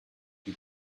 you